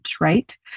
right